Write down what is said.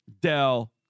Dell